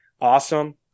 awesome